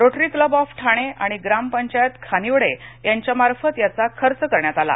Rotary Club of Thane आणि ग्राम पंचायत खानिवडे यांच्यामार्फत याचा खर्च करण्यात आला